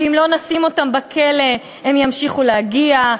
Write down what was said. שאם לא נשים אותם בכלא הם ימשיכו להגיע,